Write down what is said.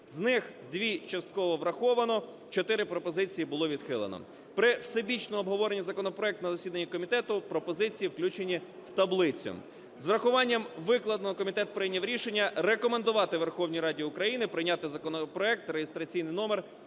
З них дві – частково враховано, чотири пропозиції було відхилено. При всебічному обговоренні законопроекту на засіданні комітету пропозиції включені в таблицю. З урахуванням викладеного комітет прийняв рішення рекомендувати Верховній Раді України прийняти законопроект реєстраційний номер